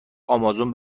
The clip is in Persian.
آمازون